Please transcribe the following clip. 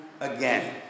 again